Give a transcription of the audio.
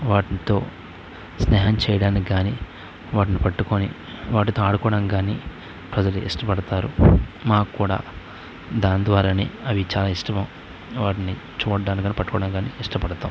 వాటితో స్నేహం చెయ్యడానికి కాని వాటిని పట్టుకుని వాటితో ఆడుకోటానికి కాని ప్రజలు ఇష్టపడతారు మాకు కూడా దాని ద్వారానే అవి చాలా ఇష్టము వాటిని చూడటానికి కాని పట్టుకోడానికి కాని చాలా ఇష్టపడతాం